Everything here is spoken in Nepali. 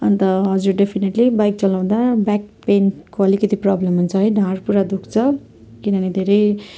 अन्त हजुर डेफिनेटली बाइक चलाउँदा ब्याक पेनको अलिकति प्रब्लम हुन्छ है ढाड पुरा दुख्छ किनभने धेरै